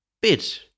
bit